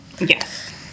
Yes